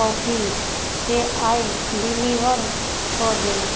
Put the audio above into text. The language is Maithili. कॉफीकेँ आइ डिलीबर कऽ देब